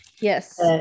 Yes